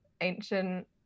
ancient